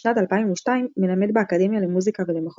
משנת 2002 מלמד באקדמיה למוסיקה ולמחול